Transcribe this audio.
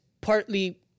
partly